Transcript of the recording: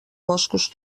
boscos